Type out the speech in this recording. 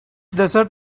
desert